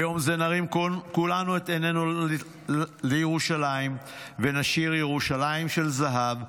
ביום זה נרים כולנו את עינינו לירושלים ונשיר: "ירושלים של זהב,